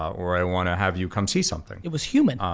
or i wanna have you come see something. it was human. um